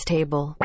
Table